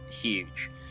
huge